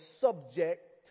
subject